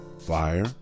fire